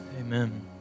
Amen